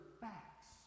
facts